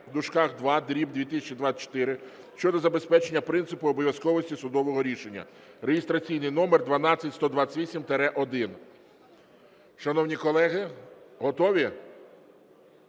року № 6-р(ІІ)/2024 щодо забезпечення принципу обов’язковості судового рішення (реєстраційний номер 12128-1). Шановні колеги, готові?